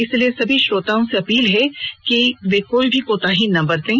इसलिए सभी श्रोताओं से अपील है कि कोई भी कोताही ना बरतें